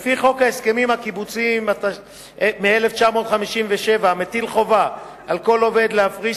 לפי חוק ההסכמים הקיבוציים מ-1957 המטיל חובה על כל עובד להפריש